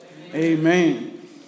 Amen